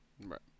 Right